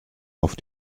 auf